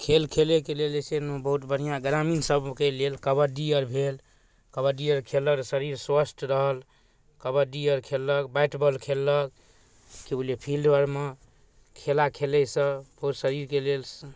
खेल खेलैके लेल जे छै ने बहुत बढ़िआँ ग्रामीणसभके लेल कबड्डी आओर भेल कबड्डी आओर खेललक शरीर स्वस्थ रहल कबड्डी आओर खेललक बैट बॉल खेललक कि बुझलिए फील्डो आओरमे खेला खेलैसँ ओ शरीरके लेल